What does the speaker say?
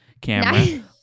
camera